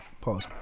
Pause